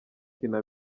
kina